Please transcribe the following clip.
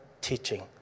teaching